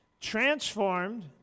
transformed